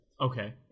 Okay